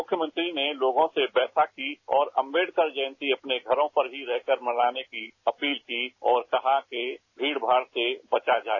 मुख्यमंत्री ने लोगों से वैशाखी और अंबेडकर जयंती अपने घरों पर ही रहकर मनाने की अपील की और कहा कि कि भीड़ भाड़ से बचा जाए